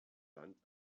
land